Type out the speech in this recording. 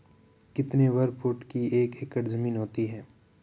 कितने वर्ग फुट की एक एकड़ ज़मीन होती है?